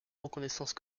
reconnaissance